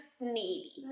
needy